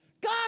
God